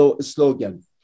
slogan